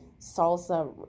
salsa